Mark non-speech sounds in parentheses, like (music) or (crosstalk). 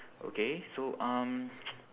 okay so um (noise)